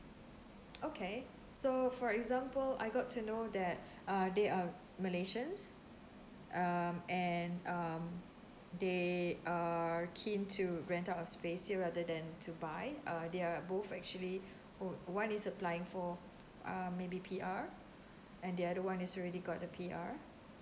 okay so for example I got to know that uh they are malaysians um and um they are keen to rent out a space here rather than to buy uh they are both actually oh one is applying for um maybe P_R and the other one has already got the P_R